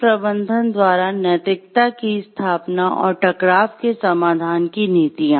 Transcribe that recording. शीर्ष प्रबंधन द्वारा नैतिकता की स्थापना और टकराव के समाधान की नीतियाँ